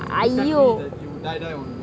!aiyo!